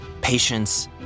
patience